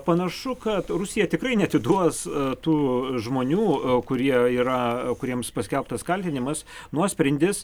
panašu kad rusija tikrai neatiduos tų žmonių kurie yra kuriems paskelbtas kaltinimas nuosprendis